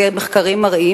ומחקרים מראים,